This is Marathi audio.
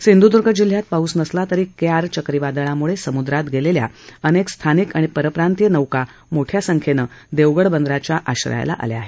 सिंधुदुर्ग जिल्ह्यात पाऊस नसला तरी कयार चक्रीवादाळामुळे समुद्रात गेलेल्या अनेक स्थानिक तसंच परप्रांतिय नोका मोठ्या संख्येनं देवगड बंदराच्या आश्रयाला आले आहेत